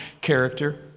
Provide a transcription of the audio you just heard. character